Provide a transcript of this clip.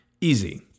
Easy